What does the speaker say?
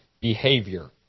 behavior